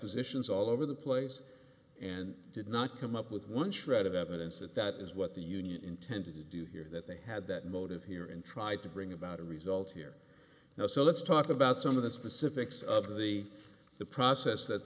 positions all over the place and did not come up with one shred of evidence that that is what the union intended to do here that they had that motive here and tried to bring about a result here now so let's talk about some of the specifics of the the process that